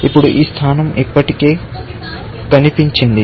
ఇప్పుడు ఈ స్థానం ఇప్పటికే కనిపించింది